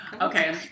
Okay